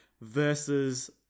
versus